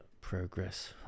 progress